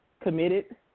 committed